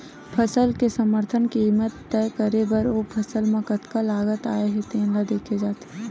फसल के समरथन कीमत तय करे बर ओ फसल म कतका लागत आए हे तेन ल देखे जाथे